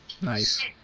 Nice